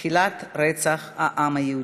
לתחילת רצח העם היהודי.